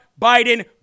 Biden